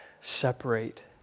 separate